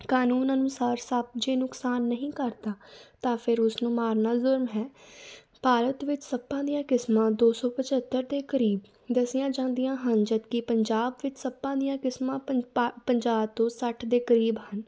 ਕਾਨੂੰਨ ਅਨੁਸਾਰ ਸੱਪ ਜੇ ਨੁਕਸਾਨ ਨਹੀਂ ਕਰਦਾ ਤਾਂ ਫਿਰ ਉਸਨੂੰ ਮਾਰਨਾ ਜ਼ੁਰਮ ਹੈ ਭਾਰਤ ਵਿੱਚ ਸੱਪਾਂ ਦੀਆਂ ਕਿਸਮਾਂ ਦੋ ਸੌ ਪੰਝੱਤਰ ਦੇ ਕਰੀਬ ਦੱਸੀਆਂ ਜਾਂਦੀਆਂ ਹਨ ਜਦਕਿ ਪੰਜਾਬ ਵਿੱਚ ਸੱਪਾਂ ਦੀਆਂ ਕਿਸਮਾਂ ਪੰਜਾਹ ਤੋਂ ਸੱਠ ਦੇ ਕਰੀਬ ਹਨ